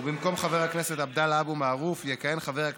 (הכשרה מקצועית ודמי מחיה למבוטח שילדו הנכה נפטר),